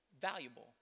valuable